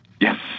Yes